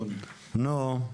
נו?